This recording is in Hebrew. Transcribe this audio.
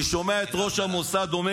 אני שומע את ראש המוסד אומר